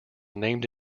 named